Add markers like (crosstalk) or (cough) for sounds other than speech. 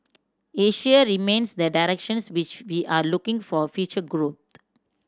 Asia remains the directions which we are looking for future grow (unintelligible)